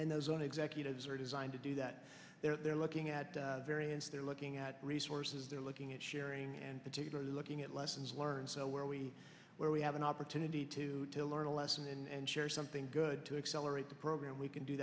and those only executives are designed to do that they're looking at variance they're looking at resources they're looking at sharing and particularly looking at lessons learned so where we where we have an opportunity to learn a lesson and share something good to accelerate the program we can do